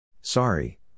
Sorry